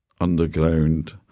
underground